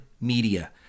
media